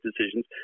decisions